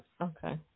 Okay